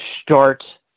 start